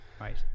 Right